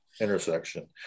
intersection